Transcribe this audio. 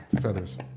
feathers